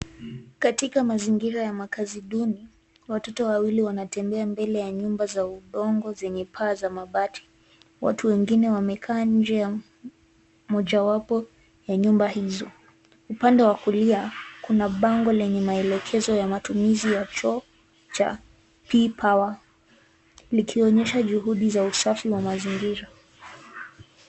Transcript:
Katika mazingira ya makazi duni, watoto wawili wanatembea mbele ya nyumba za udongo zenye paa za mabati. Watu wengine wamekaa nje ya mojawapo ya nyumba hizo, upande wa kulia kuna bango lenye maelekezo ya matumizi choo cha pipawa likionyesha juhudi za usafi na mazingira.